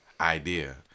idea